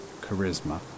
charisma